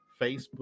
Facebook